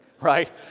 right